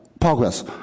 progress